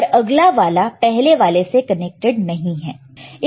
पर अगला वाला पहले वाले से कनेक्टेड नहीं है